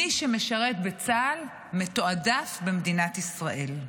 מי שמשרת בצה"ל מתועדף במדינת ישראל.